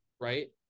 right